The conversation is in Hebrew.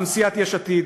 גם סיעת יש עתיד,